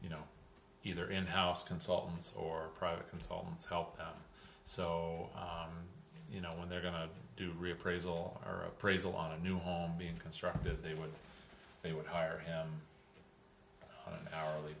you know either in house consultants or private consultants help so you know when they're going to do reappraisal or appraisal on a new home being constructed they would they would hire him hourly